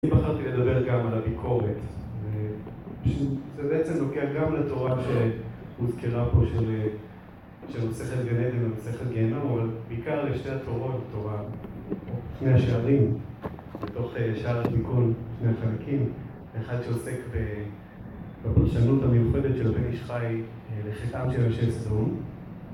‫אני בחרתי לדבר גם על הביקורת, ‫וזה בעצם לוקח גם לתורה ‫שהוזכרה פה של מסכת גן עדן ‫ומסכת גהינום, ‫אבל בעיקר על שתי התורות בתורה, ‫או שני השערים, ‫בתוך שער התיקון בשני החלקים, ‫אחד שעוסק בפרשנות המיוחדת ‫של הבן איש חי לחטאם של יושבי סדום...